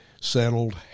settled